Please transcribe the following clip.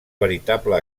veritable